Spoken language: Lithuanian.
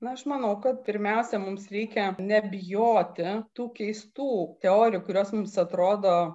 na aš manau kad pirmiausia mums reikia nebijoti tų keistų teorijų kurios mums atrodo